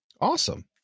Awesome